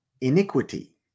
iniquity